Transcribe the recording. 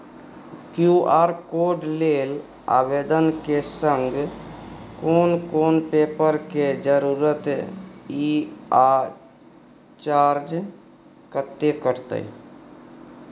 QR code लेल आवेदन के संग कोन कोन पेपर के जरूरत इ आ चार्ज कत्ते कटते?